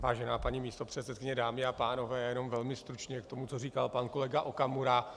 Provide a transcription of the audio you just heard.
Vážená paní místopředsedkyně, dámy a pánové, jenom velmi stručně k tomu, co říkal pan kolega Okamura.